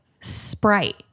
Sprite